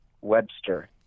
Webster